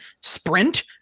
sprint